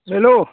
hello